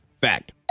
fact